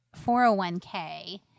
401k